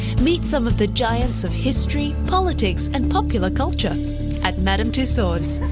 meet some of the giants of history, politics, and popular culture at madam tussauds.